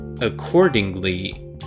accordingly